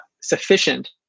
sufficient